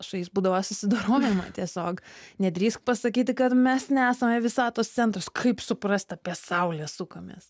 su jais būdavo susidorojama tiesiog nedrįsk pasakyti kad mes nesame visatos centras kaip suprast apie saulę sukamės